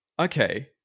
okay